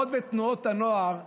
מסגרות ותנועות הנוער חייבות,